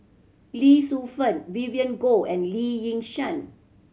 Lee Shu Fen Vivien Goh and Lee Yi Shyan